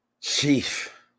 chief